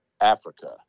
Africa